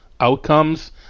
outcomes